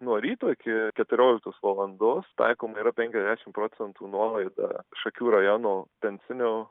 nuo ryto iki keturioliktos valandos taikoma yra penkiasdešimt procentų nuolaida šakių rajono pensinio